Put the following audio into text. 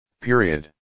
Period